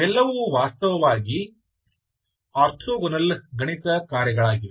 ಇವೆಲ್ಲವೂ ವಾಸ್ತವವಾಗಿ ಆರ್ಥೋಗೋನಲ್ ಗಣಿತಕಾರ್ಯಗಳಾಗಿವೆ